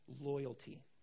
loyalty